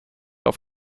auf